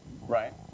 Right